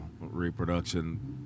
reproduction